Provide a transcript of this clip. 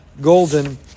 golden